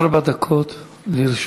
ארבע דקות לרשותך.